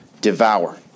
devour